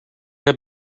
have